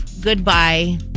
Goodbye